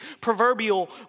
proverbial